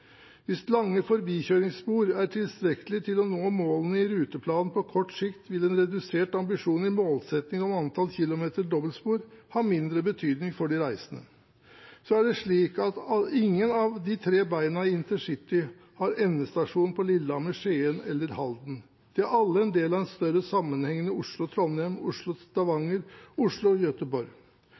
Hvis lange forbikjøringsspor er tilstrekkelig til å nå målene i ruteplanen på kort sikt, vil en redusert ambisjon i målsettingen om antall kilometer dobbeltspor ha mindre betydning for de reisende. Ingen av de tre beina i intercity har endestasjon på Lillehammer, i Skien eller i Halden. De er alle en del av en større